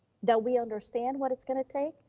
that we understand what it's gonna take.